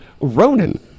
Ronan